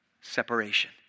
separation